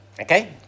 okay